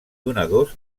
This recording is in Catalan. donadors